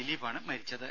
ദിലീപാണ് മരിച്ചത്